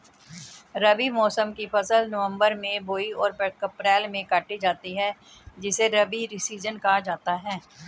रबी मौसम की फसल नवंबर में बोई और अप्रैल में काटी जाती है जिसे रबी सीजन कहा जाता है